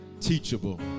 teachable